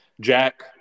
Jack